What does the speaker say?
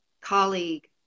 colleague